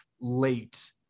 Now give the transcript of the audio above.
late